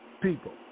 people